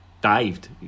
dived